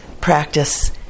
practice